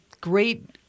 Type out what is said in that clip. great –